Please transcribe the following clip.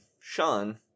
Sean